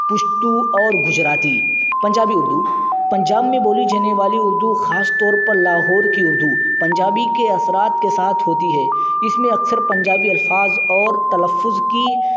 پشتو اور گجراتی پنجابی اردو پنجاب میں بولی جانے والی اردو خاص طور پر لاہور کی اردو پنجابی کے اثرات کے ساتھ ہوتی ہے اس لیے اکثر پنجابی الفاظ اور تلفظ کی